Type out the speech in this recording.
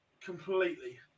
Completely